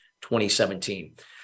2017